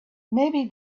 maybe